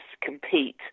compete